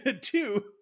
two